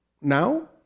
now